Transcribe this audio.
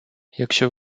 якщо